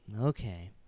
Okay